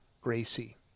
Gracie